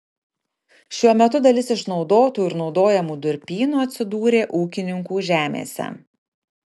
šiuo metu dalis išnaudotų ir naudojamų durpynų atsidūrė ūkininkų žemėse